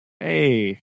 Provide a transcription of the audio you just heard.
hey